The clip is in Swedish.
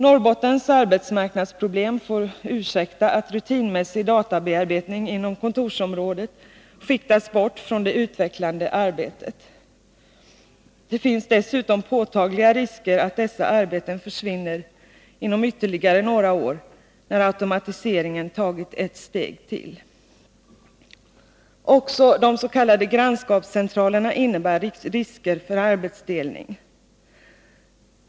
Norrbottens arbetsmarknadsproblem får ursäkta att rutinmässig databearbetning inom kontorsområdet skiktas bort från det utvecklande arbetet. Det finns dessutom påtagliga risker att dessa arbeten försvinner inom ytterligare några år, när automatiseringen tagit ett steg till. Också de s.k. grannskapscentralerna innebär risker för arbetsdelning.